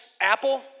apple